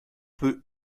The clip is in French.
peu